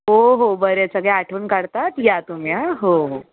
हो हो बरे आहेत सगळे आठवण काढतात या तुम्ही आं हो हो